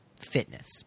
fitness